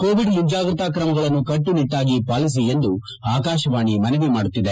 Covid ಮುಂಜಾಗ್ರತಾ ತ್ರಮಗಳನ್ನು ಕಟ್ಟನಿಟ್ಟಾಗಿ ಪಾಲಿಸಿ ಎಂದು ಆಕಾಶವಾಣಿ ಮನವಿ ಮಾಡುತ್ತಿದೆ